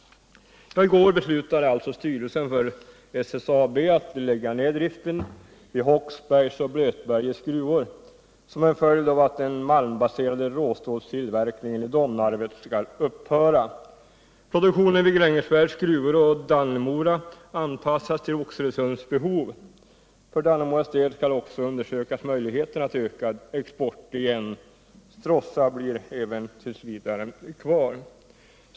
I går beslutade alltså styrelsen för SSAB att lägga ned driften vid Håksbergs och Blötbergets gruvor som en följd av att den malmbaserade råstålstillverkningen i Domnarvet skall upphöra. Produktionen vid Grängesbergs gruvor och i Dannemora anpassas till Oxelösunds behov. För Dannemoras del skall också undersökas möjligheten av att öka exporten igen. Även Stråssa blir t. v. kvar.